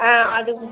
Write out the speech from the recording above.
ஆ அது